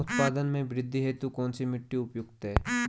उत्पादन में वृद्धि हेतु कौन सी मिट्टी उपयुक्त है?